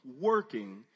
working